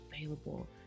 available